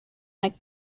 like